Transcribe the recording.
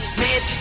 Smith